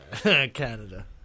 Canada